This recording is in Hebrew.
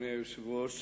אדוני היושב-ראש,